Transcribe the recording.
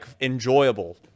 enjoyable